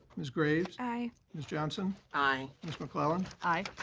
ms. graves. aye. ms. johnson. aye. ms. mcclellan. aye.